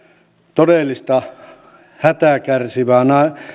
todellista hätää kärsivää